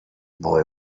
boy